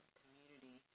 community